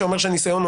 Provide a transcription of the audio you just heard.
שאומר שניסיון,